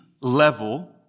level